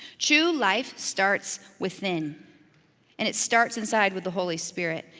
true life starts within and it starts inside with the holy spirit.